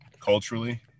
culturally